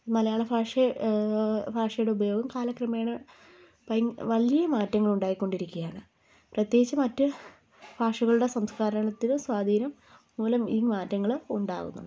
മലയാള ഭാഷയെ ഭാഷയുടെ ഉപയോഗം കാലക്രമേണ ഭയ വലിയ മാറ്റങ്ങൾ ഉണ്ടായികൊണ്ടിരിക്കുകയാണ് പ്രത്യേകിച്ച് മറ്റ് ഭാഷകളുടെ സംസ്കാരത്തിന് സ്വാധീനം മൂലം ഈ മാറ്റങ്ങൾ ഉണ്ടാവുന്നുണ്ട്